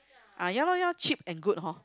ah ya lor ya lor cheap and good hor